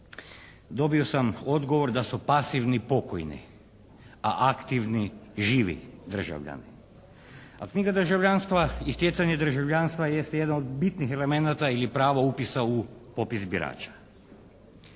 dobio sam odgovor da su pasivni pokojni a aktivni živi državljani. A knjiga državljanstva i stjecanje državljanstva jest jedan od bitnih elemenata ili prava upisa u popis birača.